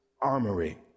armory